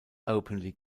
openly